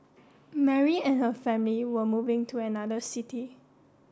Mary and her family were moving to another city